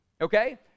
Okay